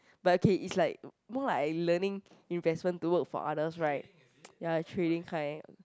but okay it's like more like I learning investment to work for others right ya trading kind